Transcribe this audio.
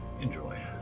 Enjoy